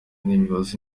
nibaza